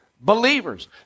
believers